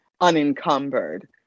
unencumbered